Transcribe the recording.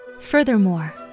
Furthermore